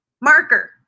marker